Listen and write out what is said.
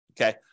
okay